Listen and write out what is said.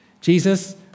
Jesus